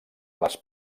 les